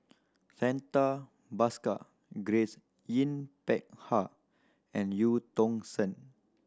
Santha Bhaskar Grace Yin Peck Ha and Eu Tong Sen